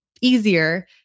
easier